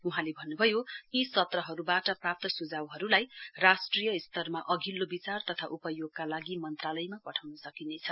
वहाँले भन्नुभयो यी सत्रहरुवाट प्राप्त सुझाउहरुलाई राष्ट्रिय स्तरमा अधिल्लो विचार तथा उपयोगका लागि मन्त्रालयमा पठाउन सकिनेछ